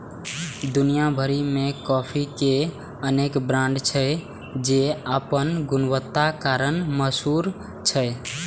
दुनिया भरि मे कॉफी के अनेक ब्रांड छै, जे अपन गुणवत्ताक कारण मशहूर छै